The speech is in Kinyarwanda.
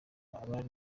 abari